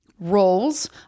Roles